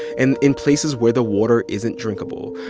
and in places where the water isn't drinkable.